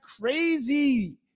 crazy